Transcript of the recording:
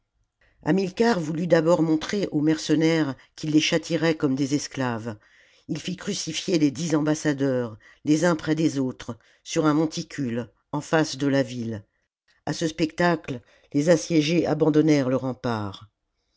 hamilcar voulut d'abord montrer aux mercenaires qu'il les châtierait comme des esclaves ii fit crucifier les dix ambassadeurs les uns près des autres sur un monticule en face de la ville a ce spectacle les assiégés abandonnèrent le rempart